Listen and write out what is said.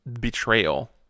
betrayal